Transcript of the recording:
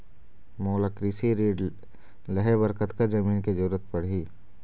मोला कृषि ऋण लहे बर कतका जमीन के जरूरत पड़ही?